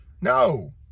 No